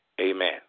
Amen